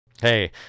Hey